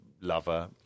lover